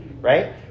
right